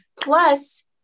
Plus